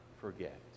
forget